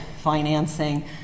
financing